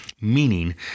meaning